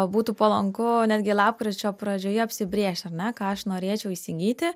būtų palanku netgi lapkričio pradžioje apsibrėžti ar ne ką aš norėčiau įsigyti